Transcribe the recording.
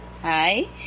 Hi